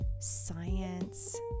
science